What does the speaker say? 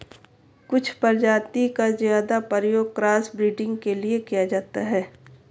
कुछ प्रजाति का ज्यादा प्रयोग क्रॉस ब्रीडिंग के लिए किया जाता है